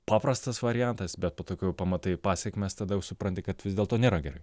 paprastas variantas bet po tokių jau pamatai pasekmes tada jau supranti kad vis dėlto nėra gerai